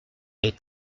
est